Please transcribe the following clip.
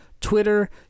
Twitter